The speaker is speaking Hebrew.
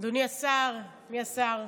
אדוני השר, מי השר?